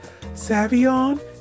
Savion